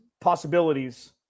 possibilities